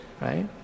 right